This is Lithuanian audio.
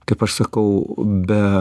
kaip aš sakau be